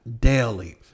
daily